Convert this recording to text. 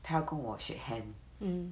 他要跟我 shake hand